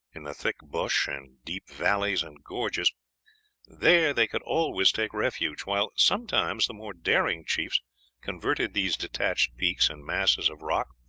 in the thick bush and deep valleys and gorges there they could always take refuge, while sometimes the more daring chiefs converted these detached peaks and masses of rock,